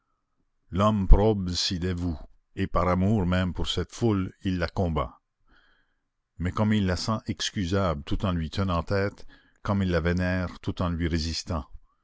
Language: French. l'homme probe s'y dévoue et par amour même pour cette foule il la combat mais comme il la sent excusable tout en lui tenant tête comme il la vénère tout en lui résistant